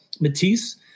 Matisse